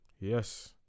Yes